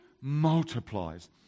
multiplies